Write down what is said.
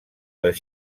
les